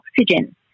oxygen